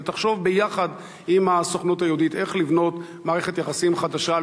ותחשוב ביחד עם הסוכנות היהודית איך לבנות מערכת יחסים חדשה,